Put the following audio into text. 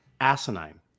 asinine